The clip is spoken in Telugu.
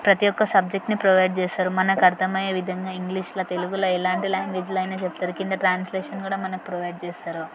ప్రతీ ఒక్క సబ్జెక్ట్ని ప్రొవైడ్ చేస్తారు మనకర్థమయ్యే విధంగా ఇంగ్లీష్లో తెలుగులో ఎలాంటి లాంగ్వేజ్లో అయినా చెప్తారు కింద ట్రాన్స్లేషన్ కూడా మనకు ప్రొవైడ్ చేస్తారు